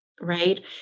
Right